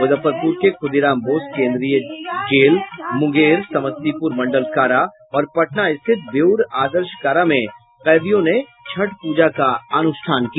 मुजफ्फरपुर के खुदीराम बोस केंद्रीय जेल मुंगेर समस्तीपुर मंडल कारा और पटना स्थित बेउर आदर्श कारा में कैदियों ने छठ पूजा का अनुष्ठान किया